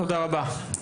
תודה רבה.